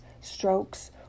strokes